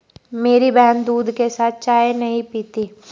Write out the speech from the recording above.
मेरी बहन दूध के साथ चाय नहीं पीती